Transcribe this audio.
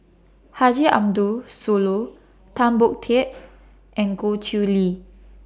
Haji Ambo Sooloh Tan Boon Teik and Goh Chiew Lye